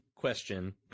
question